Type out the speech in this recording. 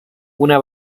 una